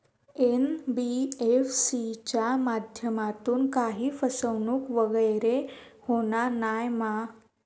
NBFC च्या माध्यमातून काही फसवणूक वगैरे होना नाय मा?